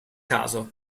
caso